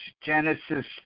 Genesis